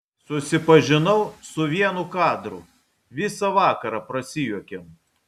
susipažinau su vienu kadru visą vakarą prasijuokėm